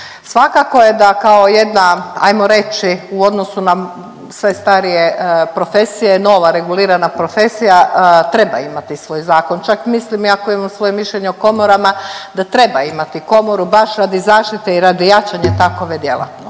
svakako je da kao jedna ajmo reći u odnosu na sve starije profesije nova regulirana profesija treba imati svoj zakon, čak mislim iako imam svoj mišljenje o komorama da treba imati komoru baš radi zaštite i radi jačanja takove djelatnosti